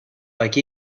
like